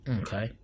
okay